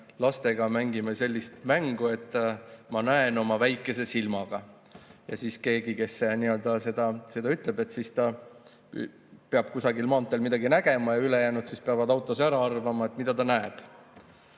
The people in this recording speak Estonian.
lastega mängime sellist mängu, et ma näen oma väikese silmaga. Keegi, kes seda ütleb, peab kusagil maanteel midagi nägema ja ülejäänud peavad autos ära arvama, mida ta näeb.